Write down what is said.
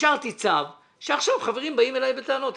אישרתי צו ועכשיו חברים באים אליי בטענות.